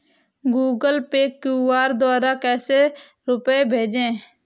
Google Pay QR द्वारा कैसे रूपए भेजें?